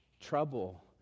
trouble